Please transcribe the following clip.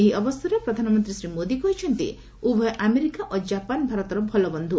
ଏହି ଅବସରରେ ପ୍ରଧାନମନ୍ତ୍ରୀ ଶ୍ରୀ ମୋଦି କହିଛନ୍ତି ଉଭୟ ଆମେରିକା ଓ ଜାପାନ୍ ଭାରତର ଭଲ ବନ୍ଧୁ